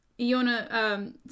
Iona